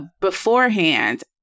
beforehand